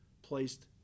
placed